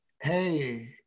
hey